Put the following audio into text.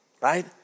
right